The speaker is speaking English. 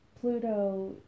pluto